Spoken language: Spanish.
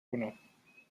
uno